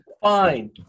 Fine